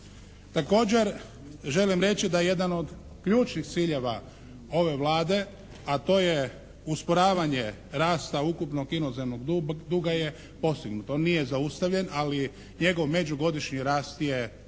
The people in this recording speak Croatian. Također želim reći da je jedan od ključnih ciljeva ove Vlade a to je usporavanje rasta ukupnog inozemnog duga je postignut. On nije zaustavljen ali njegov međugodišnji rast je usporen